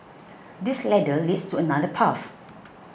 this ladder leads to another path